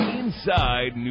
inside